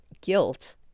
guilt